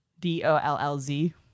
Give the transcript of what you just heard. D-O-L-L-Z